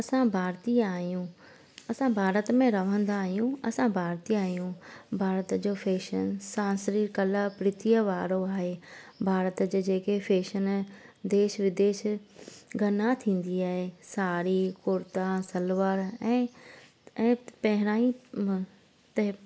असां भारतीय आहियूं असां भारत में रहंदा आहियूं असां भारतीय आहियूं भारत जो फैशन सांस्कृतिक कलाकृतीअ वारो आहे भारत जे जेके फैशन देश विदेश घना थींदी आहे साड़ी कुर्ता सलवार ऐं ऐं पहिरां ई ते